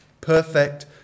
Perfect